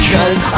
Cause